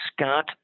Scott